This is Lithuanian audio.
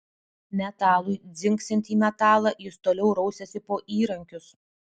metalui dzingsint į metalą jis toliau rausėsi po įrankius